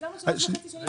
אז למה זה לא קורה?